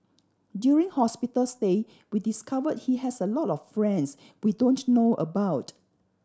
during hospital stay we discovered he has a lot of friends we don't know about